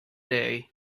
day